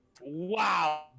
wow